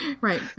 right